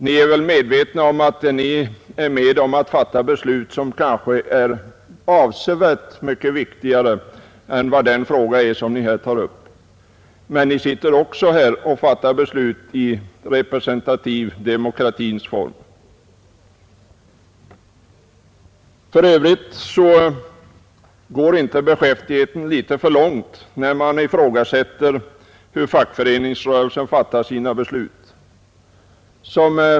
Ni är väl medvetna om att ni är med om att fatta beslut som kanske är mycket viktigare än den fråga som ni här tar upp? Men vi fattar ju här beslut i den representativa demokratins form. Går inte beskäftigheten för övrigt litet för långt när man ifrågasätter hur fackföreningsrörelsen fattar sina beslut?